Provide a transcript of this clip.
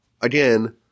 again